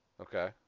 Okay